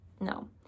no